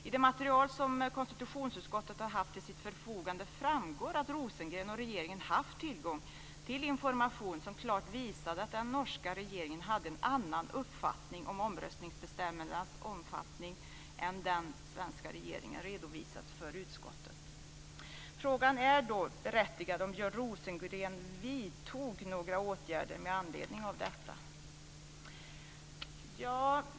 I det material som konstitutionsutskottet har haft till sitt förfogande framgår att Rosengren och regeringen haft tillgång till information som klart visade att den norska regeringen hade en annan uppfattning om omröstningsbestämmelsernas omfattning än den svenska regeringen redovisat för utskottet. Frågan om Björn Rosengren vidtog några åtgärder med anledning av detta är då berättigad.